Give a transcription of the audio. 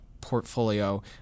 portfolio